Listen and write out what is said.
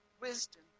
wisdom